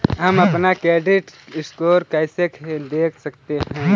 हम अपना credit score कैसे देख सकते हैं?